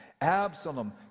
Absalom